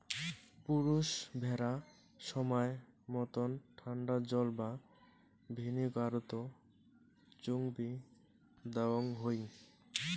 পুরুষ ভ্যাড়া সমায় মতন ঠান্ডা জল বা ভিনিগারত চুগবি দ্যাওয়ং হই